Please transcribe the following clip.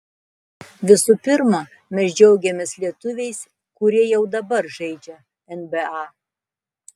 visų pirma mes džiaugiamės lietuviais kurie jau dabar žaidžia nba